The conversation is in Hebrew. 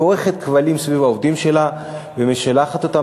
כורכת כבלים סביב העובדים שלה ומשלחת אותם